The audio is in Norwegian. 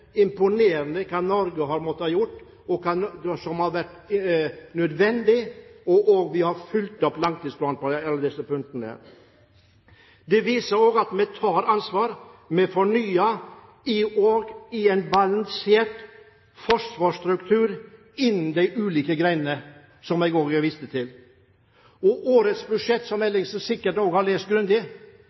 imponerende hva Norge har måttet gjøre, og som har vært nødvendig. Vi har fulgt opp langtidsplanen på alle disse punktene. Det viser også at vi tar ansvar. Vi fornyer i en balansert forsvarsstruktur innen de ulike grenene, som jeg også viste til. Årets budsjett, som Ellingsen sikkert også har lest grundig,